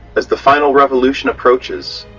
as the final revolution approaches,